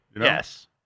Yes